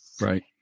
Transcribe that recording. Right